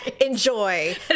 Enjoy